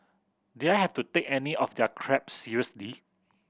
did I have to take any of their crap seriously